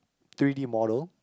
three-D model